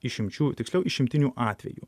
išimčių tiksliau išimtinių atvejų